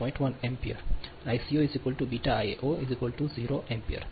1 ° ampere andIco B Iao 0 ampere